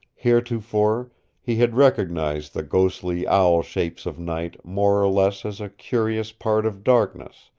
heretofore he had recognized the ghostly owl-shapes of night more or less as a curious part of darkness,